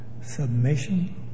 Submission